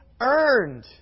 earned